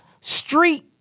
street